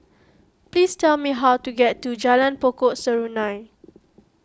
please tell me how to get to Jalan Pokok Serunai